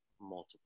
Multiple